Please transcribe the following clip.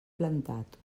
plantat